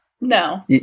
No